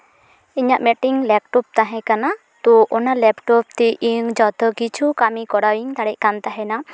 ᱤᱧᱟᱹᱜ ᱢᱤᱫᱴᱮᱱ ᱞᱮᱯᱴᱚᱯ ᱛᱟᱦᱮᱸ ᱠᱟᱱᱟ ᱛᱳ ᱚᱱᱟ ᱞᱮᱯᱴᱚᱯ ᱛᱮ ᱤᱧ ᱡᱚᱛᱚ ᱠᱤᱪᱷᱩ ᱠᱟᱹᱢᱤ ᱠᱚᱨᱟᱣᱤᱧ ᱫᱟᱲᱮᱭᱟᱜ ᱛᱟᱦᱮᱱᱟ